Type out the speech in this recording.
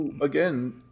again